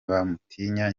bamutinya